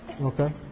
Okay